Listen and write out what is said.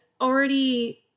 already